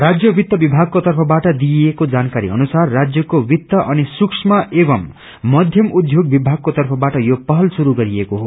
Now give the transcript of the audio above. राज्य वित्त विभागको तर्फबाट दिइएको जानकारी अनुसार राज्यको वित्त अनि सूक्ष्म एवं मध्यम उद्योग विभागको तर्फबाट यो पहल श्रुरू गरिएको हो